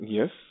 Yes